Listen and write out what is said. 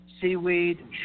seaweed